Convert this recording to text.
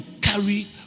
carry